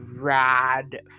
rad